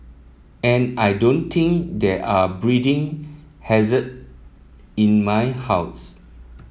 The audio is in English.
and I don't think there are breeding hazard in my house